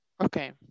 okay